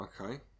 Okay